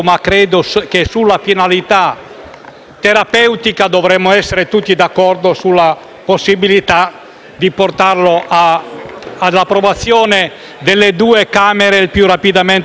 terapeutica, dovremmo essere tutti d'accordo sulla possibilità di portarlo all'approvazione delle due Camere il più rapidamente possibile.